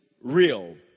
real